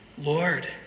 Lord